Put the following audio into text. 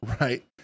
right